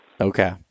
Okay